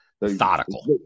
Methodical